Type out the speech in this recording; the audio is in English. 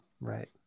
Right